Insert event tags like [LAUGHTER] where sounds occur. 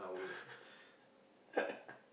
[LAUGHS]